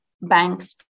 banks